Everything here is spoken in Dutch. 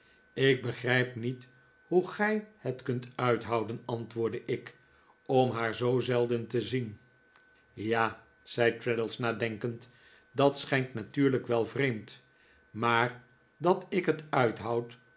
ik begrijp niet hoe gij het kunt uithouden antwoordde ik om haar zoo zelden te zien ja zei traddles nadenkend dat schijnt natuurlijk wel vreemd maar dat ik het uithoud